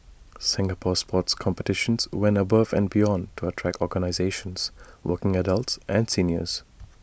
Singapore sports competitions went above and beyond to attract organisations working adults and seniors